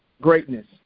greatness